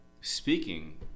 Speaking